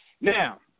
Now –